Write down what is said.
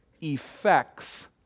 effects